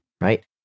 right